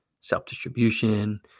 self-distribution